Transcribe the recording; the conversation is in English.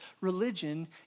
religion